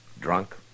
Drunk